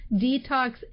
detox